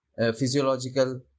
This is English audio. physiological